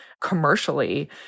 commercially